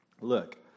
look